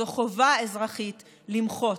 זו חובה אזרחית למחות.